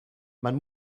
man